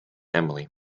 emily